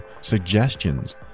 suggestions